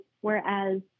whereas